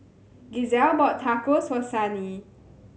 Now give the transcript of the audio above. Giselle bought Tacos for Sunny